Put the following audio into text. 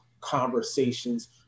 conversations